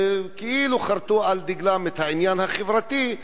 שכאילו חרתו על דגלם את העניין החברתי,